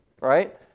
right